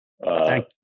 Thank